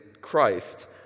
Christ